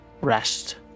Rest